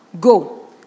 go